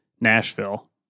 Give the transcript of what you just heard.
nashville